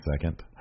second